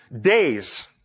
days